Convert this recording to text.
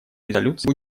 резолюции